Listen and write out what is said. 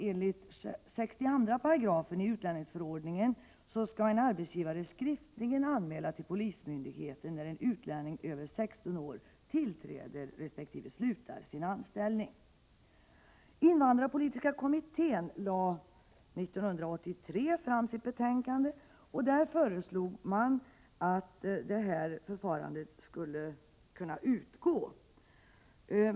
Enligt 62 § i utlänningsförordningen skall en arbetsgivare skriftligt till polismyndigheten anmäla när en utlänning över 16 år tillträder resp. avslutar sin anställning. Invandrarpolitiska kommittén framlade år 1983 sitt betänkande, och i det föreslog man att detta förfarande skulle utgå.